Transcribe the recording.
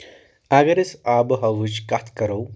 اگر أسۍ آبہٕ ہوہٕچ کتھ کرو